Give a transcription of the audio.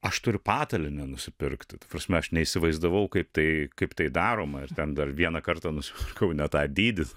aš turiu patalynę nusipirkti ta prasme aš neįsivaizdavau kaip tai kaip tai daroma ir ten dar vieną kartą nusi kaune tą dydis